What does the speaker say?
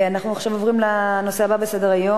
אנחנו עוברים עכשיו לנושא הבא בסדר-היום,